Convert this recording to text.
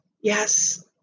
Yes